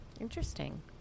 Interesting